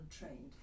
untrained